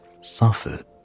suffered